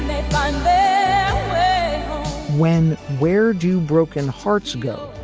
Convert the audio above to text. and when where do broken hearts go?